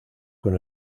con